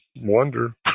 wonder